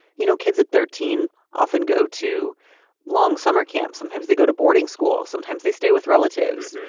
you know, kids at thirteen often go to long summer camps. sometimes they go to boarding school, sometimes they stay with relatives.